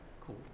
Cool